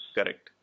Correct